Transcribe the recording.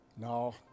No